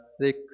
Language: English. sick